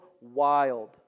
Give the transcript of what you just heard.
wild